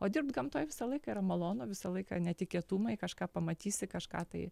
o dirbt gamtoj visą laiką yra malonu visą laiką netikėtumai kažką pamatysi kažką tai